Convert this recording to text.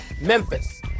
Memphis